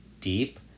deep